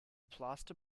plaster